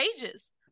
pages